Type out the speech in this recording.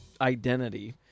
identity